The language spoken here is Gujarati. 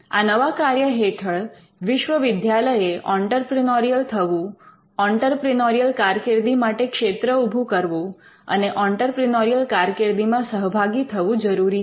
આ નવા કાર્ય હેઠળ વિશ્વવિદ્યાલયે ઑંટરપ્રિનોરિયલ થવું ઑંટરપ્રિનોરિયલ કારકિર્દી માટે ક્ષેત્ર ઊભું કરવું અને ઑંટરપ્રિનોરિયલ કારકિર્દીમાં સહભાગી થવું જરૂરી છે